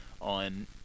on